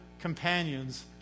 companions